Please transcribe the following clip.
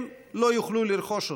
הם לא יוכלו לרכוש אותה.